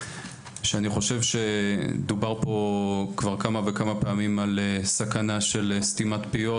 שאני חושב שדובר פה כבר כמה וכמה פעמים על סכנה של סתימת פיות,